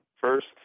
first